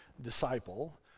disciple